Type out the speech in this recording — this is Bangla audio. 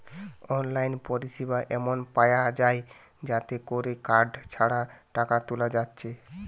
অনলাইন পরিসেবা এমন পায়া যায় যাতে কোরে কার্ড ছাড়া টাকা তুলা যাচ্ছে